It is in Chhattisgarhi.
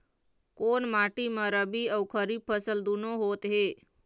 कोन माटी म रबी अऊ खरीफ फसल दूनों होत हे?